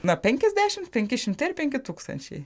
na penkiasdešimt penki šimtai ar penki tūkstančiai